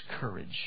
courage